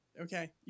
okay